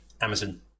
amazon